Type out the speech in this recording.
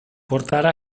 portare